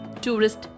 tourist